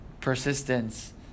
persistence